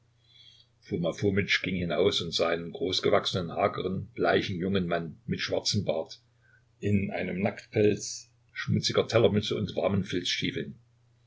ging hinaus und sah einen großgewachsenen hageren bleichen jungen mann mit schwarzem bart in einem nacktpelz schmutziger tellermütze und warmen